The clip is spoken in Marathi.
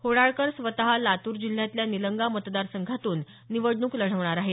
होणाळकर स्वत लातूर जिल्ह्यातल्या निलंगा मतदार संघातून निवडणूक लढवणार आहेत